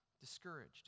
discouraged